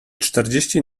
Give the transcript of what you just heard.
czterdzieści